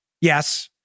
Yes